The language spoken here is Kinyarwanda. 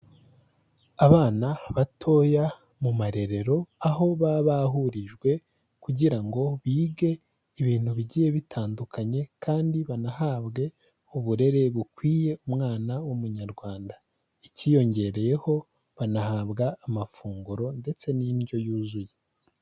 Abana batoya mu marerero, aho baba bahurijwe, kugira ngo bige ibintu bigiye bitandukanye, kandi banahabwe uburere bukwiye umwana w'Umunyarwanda, icyiyongereyeho banahabwa amafunguro ndetse n'indyo yuzuye.